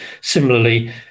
Similarly